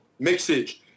mixage